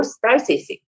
processing